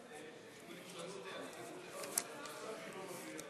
26 תומכים,